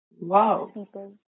Wow